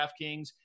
DraftKings